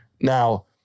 Now